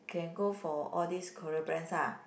can go for all these Korea brands ah